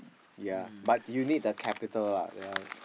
yea but you need the capital lah that one